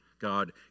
God